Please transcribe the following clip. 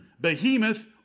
behemoth